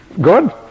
Good